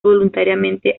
voluntariamente